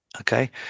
Okay